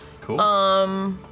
Cool